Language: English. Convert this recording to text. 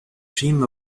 dream